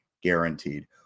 guaranteed